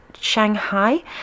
shanghai